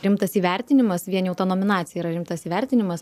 rimtas įvertinimas vien jau ta nominacija yra rimtas įvertinimas